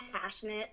passionate